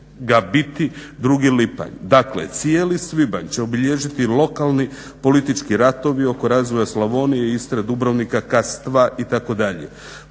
ga biti 2. lipanj. Dakle, cijeli svibanj će obilježiti lokalni politički ratovi oko razvoja Slavonije, Istre, Dubrovnika, Kastva itd.